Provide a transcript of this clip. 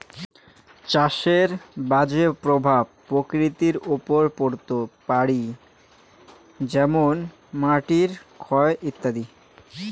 চাষের বাজে প্রভাব প্রকৃতির ওপর পড়ত পারি যেমন মাটির ক্ষয় ইত্যাদি